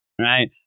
right